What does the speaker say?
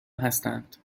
هستند